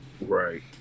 Right